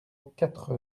quatre